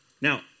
Now